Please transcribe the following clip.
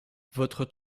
votre